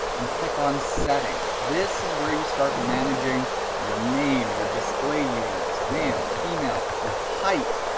and click on settings. this is where you start managing your name, your display units, male, female, your height,